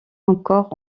encore